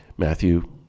Matthew